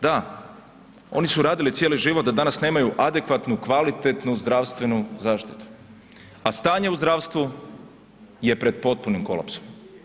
Da, oni su radili cijeli život da danas nemaju adekvatnu, kvalitetnu zdravstvenu zaštitu, a stanje u zdravstvu je pred potpunim kolapsom.